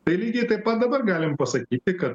tai lygiai taip pat dabar galim pasakyti kad